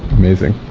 amazing.